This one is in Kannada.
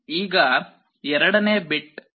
ಈಗ ಎರಡನೇ ಬಿಟ್ 1 ಎಂದು ಭಾವಿಸೋಣ